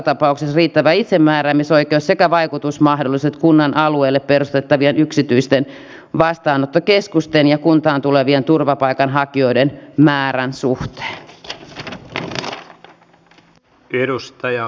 lisään kaksi pyydettyä puheenvuoroa äsken mainitsemieni lisäksi elikkä edustaja taavitsainen ja edustaja jokinen mutta nyt edustaja turusen puhe